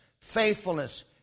faithfulness